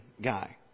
guy